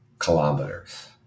kilometers